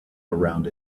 around